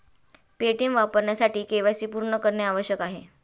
Paytm वापरण्यासाठी KYC पूर्ण करणे आवश्यक आहे